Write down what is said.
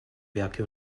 werke